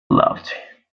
laughed